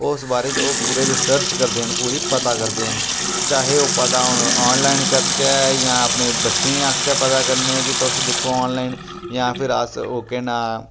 उस बारे च ओह् पूरा रिसर्च करदे न पूरी पता करदे न चाहे ओह् पता हून आनलाइन करचै जां अपने बच्चें गी आखचै पता करने गी के तुस दिक्खो आनलाइन जां फिर अस ओह् केह् नांऽ